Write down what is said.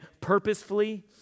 purposefully